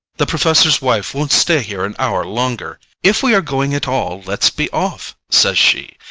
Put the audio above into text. the professor's wife won't stay here an hour longer. if we are going at all, let's be off, says she,